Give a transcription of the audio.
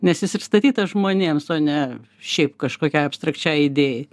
nes jis ir statytas žmonėms o ne šiaip kažkokiai abstrakčiai idėjai